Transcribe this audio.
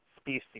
species